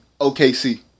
OKC